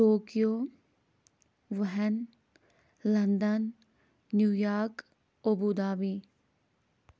Tokyo Wuhan London New York Abu Dhabi